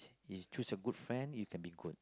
choose a good friend you can be good